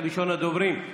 ראשון הדוברים,